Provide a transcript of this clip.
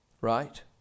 Right